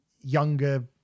younger